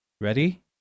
Ready